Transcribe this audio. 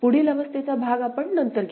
पुढील अवस्थेचा भाग आपण नंतर घेऊ